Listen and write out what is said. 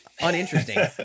uninteresting